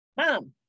Mom